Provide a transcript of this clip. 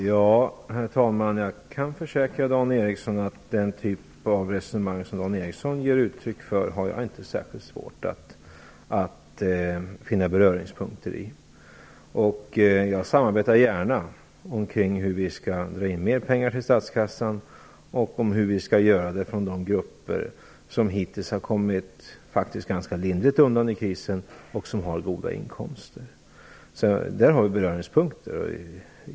Herr talman! Jag kan försäkra Dan Ericsson om att jag inte har särskilt svårt att finna berörningspunkter i den typ av resonemang som han ger uttryck för. Jag samarbetar gärna kring hur vi skall dra in mer pengar till statskassan och om hur vi skall göra det från de grupper som hittills faktiskt har kommit ganska lindrigt undan i krisen, de som har goda inkomster. Det finns, som sagt, beröringspunkter.